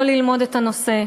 לא ללמוד את הנושא,